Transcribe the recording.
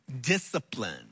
discipline